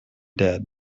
dead